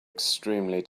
extremely